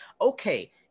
okay